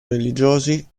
religiosi